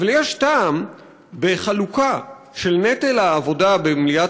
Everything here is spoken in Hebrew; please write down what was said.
אבל יש טעם בחלוקה של נטל העבודה במליאת